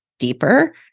Deeper